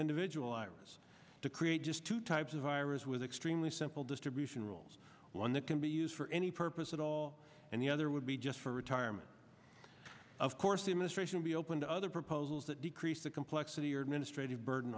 individual iras to create just two types of iras with extremely simple distribution rules one that can be used for any purpose at all and the other would be just for retirement of course the administration be open to other proposals that decrease the complexity or administrative burden